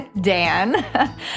Dan